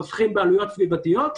חוסכים בעלויות סביבתיות,